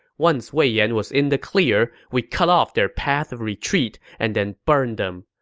once wei yan was in the clear, we cut off their path of retreat and then burned them.